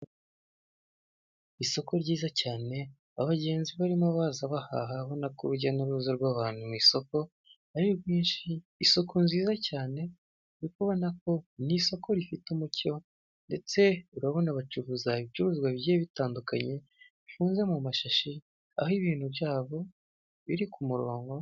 Isoko ryiza cyane abagenzi barimo baza bahaha, urabona ko urujya n'uruza rw'abantu mu isoko ari rwinshi isuku nziza cyane kubona ko ni isoko rifite umucyo ndetse urabona bacuruza ibicuruzwa bigiye bitandukanye bifunze mu mashashi aho ibintu byabo biri ku murongo.